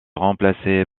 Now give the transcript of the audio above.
remplacée